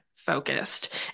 focused